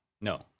No